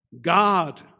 God